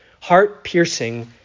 heart-piercing